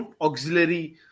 auxiliary